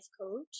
Coach